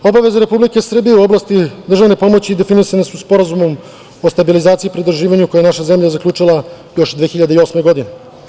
Obaveza Republike Srbije u oblasti državne pomoći definisane su Sporazumom o stabilizaciji pridruživanju, koji je naša zemlja zaključila još 2008. godine.